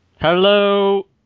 Hello